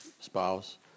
spouse